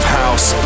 house